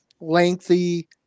lengthy